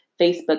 Facebook